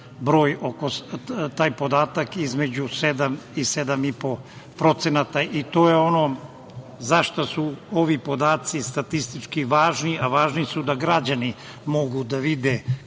je taj podatak između 7-7,5%. To je ono za šta su ti podaci statistički važni, a važni su da građani mogu da vide